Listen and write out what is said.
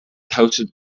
toasted